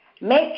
Make